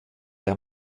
der